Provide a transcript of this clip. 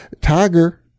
Tiger